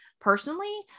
personally